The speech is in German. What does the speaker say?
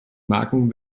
marken